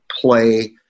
play